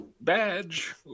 badge